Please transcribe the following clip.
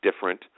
different